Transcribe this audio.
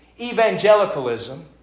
evangelicalism